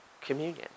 communion